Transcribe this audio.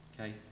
okay